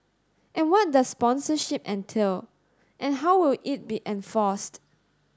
and what does sponsorship entail and how will it be enforced